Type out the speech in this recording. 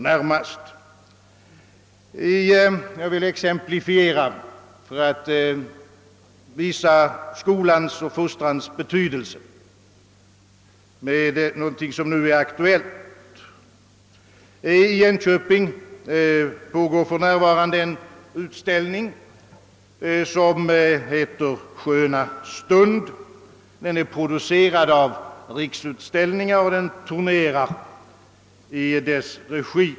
Jag vill exemplifiera detta med något som nu är aktuellt för att visa skolans och fostrans betydelse. I Jönköping pågår för närvarande en utställning som heter »Sköna stund». Den är producerad av riksutställningsverksamheten och turnerar i dess regi.